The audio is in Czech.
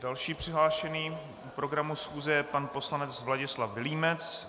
Dalším přihlášeným k programu schůze je pan poslanec Vladislav Vilímec.